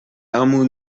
amu